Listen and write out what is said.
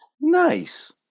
Nice